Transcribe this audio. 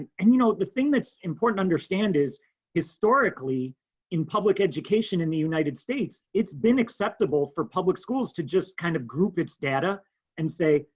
and and you know the thing that's important to understand is historically in public education in the united states, it's been acceptable for public schools to just kind of group its data and say,